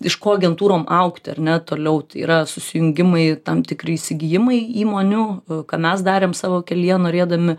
iš ko agentūrom augti ar ne toliau tai yra susijungimai tam tikri įsigijimai įmonių ką mes darėm savo kelyje norėdami